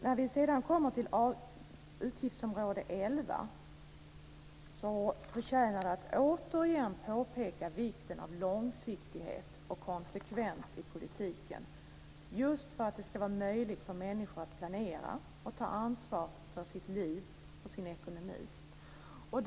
När vi sedan kommer till utgiftsområde 11 förtjänar vikten av långsiktighet och konsekvens i politiken återigen att påpekas - just för att det ska vara möjligt för människor att planera och ta ansvar för sitt liv och sin ekonomi.